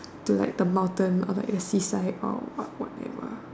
to like the mountain the seaside or what whatever